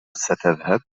ستذهب